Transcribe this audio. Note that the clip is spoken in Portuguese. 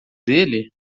dele